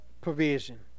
provision